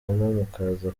mukaza